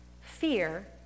fear